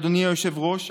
אדוני היושב-ראש,